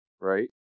right